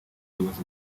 buyobozi